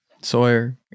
sawyer